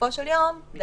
ובסופו של יום -- מתקזז.